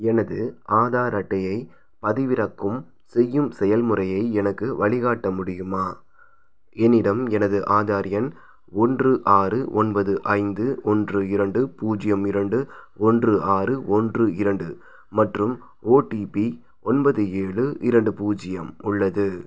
எனது ஆதார் அட்டையைப் பதிவிறக்கும் செய்யும் செயல்முறையை எனக்கு வழிகாட்ட முடியுமா என்னிடம் எனது ஆதார் எண் ஒன்று ஆறு ஒன்பது ஐந்து ஒன்று இரண்டு பூஜ்யம் இரண்டு ஒன்று ஆறு ஒன்று இரண்டு மற்றும் ஓடிபி ஒன்பது ஏழு இரண்டு பூஜ்யம் உள்ளது